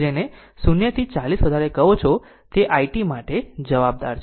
આ તમે જેને 0 થી 40 વધારે કહો છો તે i t માટે જવાબ છે